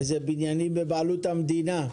אלו בניינים בבעלות המדינה.